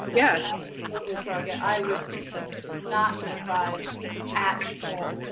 yeah absolutely pragya, i was not surprised at all.